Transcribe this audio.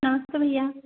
नमस्ते भैया